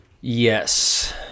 yes